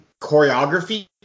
choreography